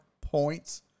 points